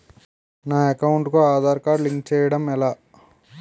నా అకౌంట్ కు Aadhaar card link చేయడం ఎలా?